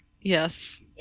Yes